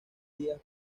días